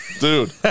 Dude